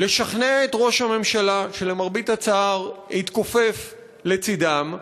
לשכנע את ראש הממשלה, שלמרבה הצער התכופף לצדם,